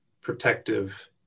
protective